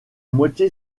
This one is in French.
moitié